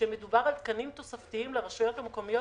כשמדובר על תקנים תוספתיים לרשויות המקומיות,